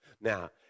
Now